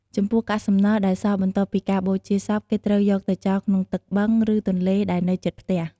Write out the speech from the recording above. ចំពោះកាក់សំណល់ដែលសល់បន្ទាប់ពីការបូជាសព គេត្រូវយកទៅចោលក្នុងទឹកបឹង ឬទន្លេដែលនៅជិតផ្អះ។